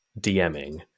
DMing